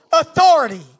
authority